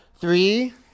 Three